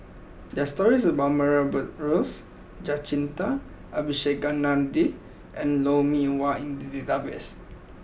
there are stories about Murray Buttrose Jacintha Abisheganaden and Lou Mee Wah in the database